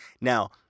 now